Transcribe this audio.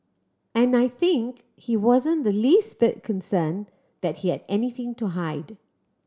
and I think he wasn't the least bit concerned that he had anything to hide